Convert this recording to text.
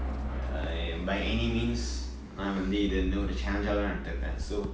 I by any means நா வந்து இத ஒறு:naa vanthu itha oru challenge தா எடுத்துக்குருவேன்:thaan eduthukuruven so